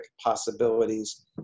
possibilities